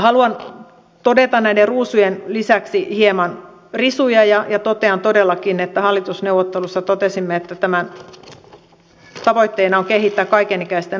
haluan todeta näiden ruusujen lisäksi hieman risuja ja totean todellakin että hallitusneuvotteluissa totesimme että tämän tavoitteena on kehittää kaikenikäisten omaishoitoa